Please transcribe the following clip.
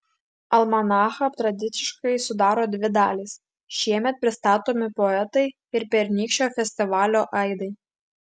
almanachą tradiciškai sudaro dvi dalys šiemet pristatomi poetai ir pernykščio festivalio aidai